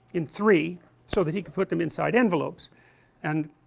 in three so that he could put them inside envelopes and